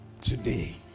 today